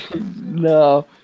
No